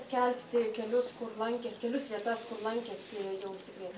skelbti kelius kur lankės kelius vietas kur lankėsi jau užsikrėtę